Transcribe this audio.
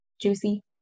juicy